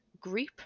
group